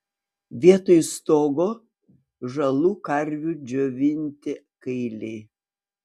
vietoj stogo žalų karvių džiovinti kailiai